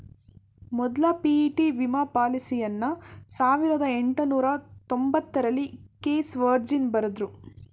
ಮೊದ್ಲ ಪಿ.ಇ.ಟಿ ವಿಮಾ ಪಾಲಿಸಿಯನ್ನ ಸಾವಿರದ ಎಂಟುನೂರ ತೊಂಬತ್ತರಲ್ಲಿ ಕ್ಲೇಸ್ ವರ್ಜಿನ್ ಬರೆದ್ರು